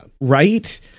Right